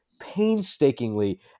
painstakingly